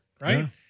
right